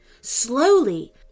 Slowly